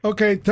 Okay